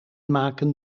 maken